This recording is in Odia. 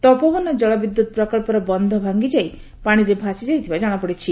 ତପୋବନ ଜଳବିଦ୍ୟୁତ୍ ପ୍ରକଚ୍ଚର ବନ୍ଧ ଭାଙ୍ଗିଯାଇ ପାଣିରେ ଭାସିଯାଇଥିବା ଜଣାପଡ଼ିଛି